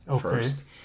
first